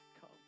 come